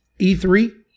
E3